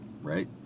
right